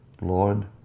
Lord